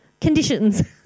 conditions